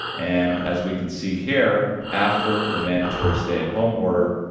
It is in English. and as we can see here, after the mandatory stay-at-home order,